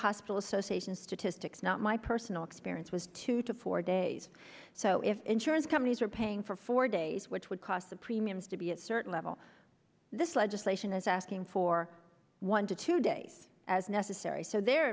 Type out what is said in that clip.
hospital association statistics not my personal experience with two to four days so if insurance companies are paying for four days which would cost the premiums to be a certain level this legislation is asking for one to two days as necessary so they're